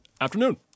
afternoon